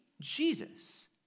Jesus